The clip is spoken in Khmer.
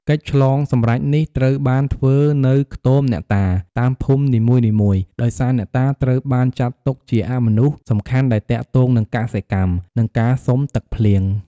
កិច្ចឆ្លងសម្រេចនេះ ត្រូវបានធ្វើនៅ ខ្ទមអ្នកតា តាមភូមិនីមួយៗ ដោយសារអ្នកតាត្រូវបានចាត់ទុកជាអមនុស្សសំខាន់ដែលទាក់ទងនឹងកសិកម្ម និងការសុំទឹកភ្លៀង។